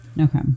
Okay